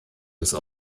des